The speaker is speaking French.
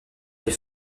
les